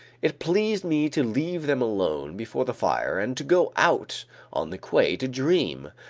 it pleased me to leave them alone before the fire and to go out on the quay to dream,